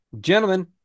Gentlemen